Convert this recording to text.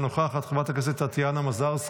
אינה נוכחת, חבר הכנסת רם בן ברק,